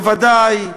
בוודאי,